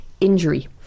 Injury